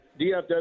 DFW